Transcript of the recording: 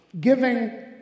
giving